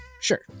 Sure